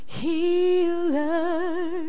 healer